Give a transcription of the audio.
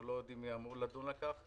אנחנו לא יודעים מי אמור לדון על כך.